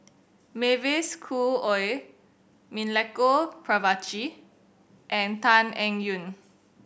Mavis Khoo Oei Milenko Prvacki and Tan Eng Yoon